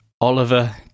Oliver